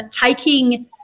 taking